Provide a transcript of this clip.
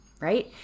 Right